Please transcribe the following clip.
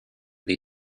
they